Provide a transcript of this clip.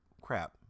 Crap